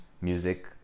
music